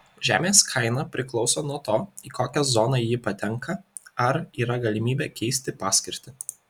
žemės kaina priklauso nuo to į kokią zoną ji patenka ar yra galimybė keisti paskirtį